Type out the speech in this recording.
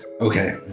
Okay